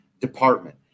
department